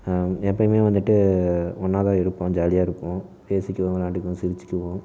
எப்போயுமே வந்துட்டு ஒன்றாதான் இருப்போம் ஜாலியாக இருப்போம் பேசிக்குவோம் விளையாண்டுக்குவோம் சிரித்துக்குவோம்